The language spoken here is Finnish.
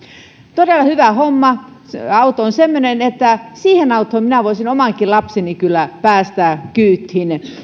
todella hyvä homma auto on semmoinen että siihen autoon minä voisin omankin lapseni kyllä päästää kyytiin